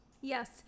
Yes